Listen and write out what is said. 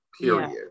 period